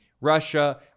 Russia